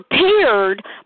prepared